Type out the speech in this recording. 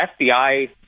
FBI